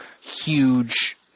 huge